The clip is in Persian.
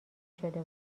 شده